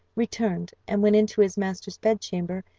returned, and went into his master's bedchamber,